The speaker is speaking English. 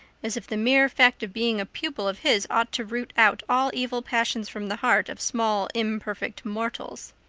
as if the mere fact of being a pupil of his ought to root out all evil passions from the hearts of small imperfect mortals.